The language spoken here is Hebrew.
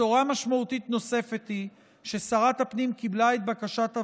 בשורה משמעותית נוספת היא ששרת הפנים קיבלה את בקשת הוועדה,